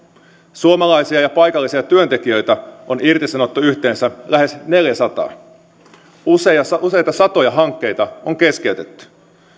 suomalaisia ja paikallisia työntekijöitä on irtisanottu yhteensä lähes neljäsataa useita satoja hankkeita on keskeytetty